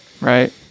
right